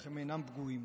אך הם אינם פגועים.